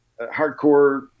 hardcore